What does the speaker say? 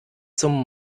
zum